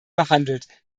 behandelt